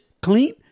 clean